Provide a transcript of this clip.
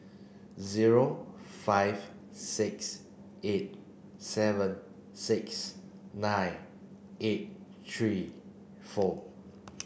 zero five six eight seven six nine eight three four